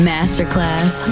Masterclass